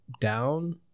down